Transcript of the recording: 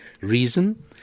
Reason